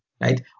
right